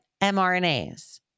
MRNAs